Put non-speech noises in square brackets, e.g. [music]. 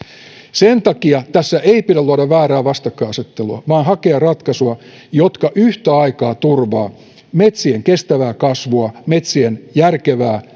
sen takia tässä ei pidä luoda väärää vastakkainasettelua vaan hakea ratkaisuja jotka yhtä aikaa turvaavat metsien kestävää kasvua metsien järkevää [unintelligible]